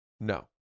No